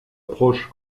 proche